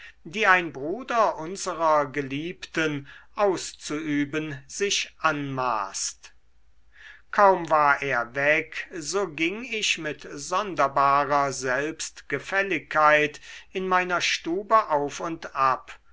die ein bruder unserer geliebten auszuüben sich anmaßt kaum war er weg so ging ich mit sonderbarer selbstgefälligkeit in meiner stube auf und ab